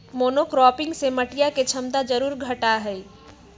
monocropping से मटिया के क्षमता जरूर घटा हई